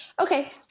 okay